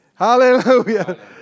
Hallelujah